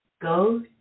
Go